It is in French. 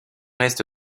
est